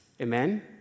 Amen